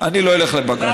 אני לא אלך לבג"ץ.